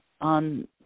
on